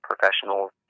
professionals